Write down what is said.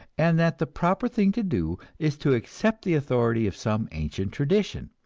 and that the proper thing to do is to accept the authority of some ancient tradition,